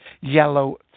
Yellow